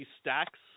Stacks